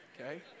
okay